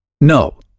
No